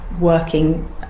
working